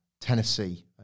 Tennessee